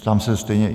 Ptám se stejně.